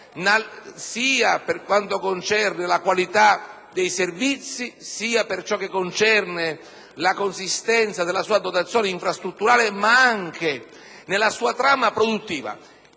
sia per quanto concerne la qualità dei servizi, sia per quanto concerne la consistenza della sua dotazione infrastrutturale, ma anche nella sua trama produttiva.